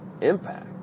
impact